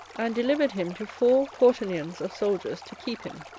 and delivered him to four quaternions of soldiers to keep him